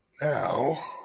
Now